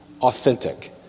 authentic